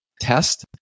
test